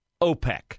OPEC